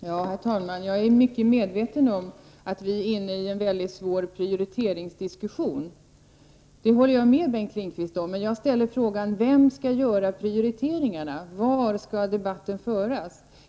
Herr talman! Jag är mycket medveten om att vi är inne i en väldigt svår prioriteringsdiskussion. Det håller jag med Bengt Lindqvist om. Men jag ställde frågan: Vem skall göra prioriteringarna? Var skall debatten föras?